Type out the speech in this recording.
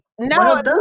No